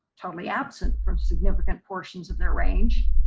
totally absent from significant portions of their range.